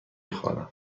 خوانم